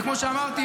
וכמו שאמרתי,